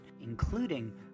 including